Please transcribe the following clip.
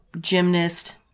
gymnast